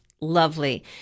lovely